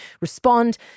respond